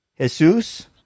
Jesus